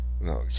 No